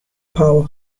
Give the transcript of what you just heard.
power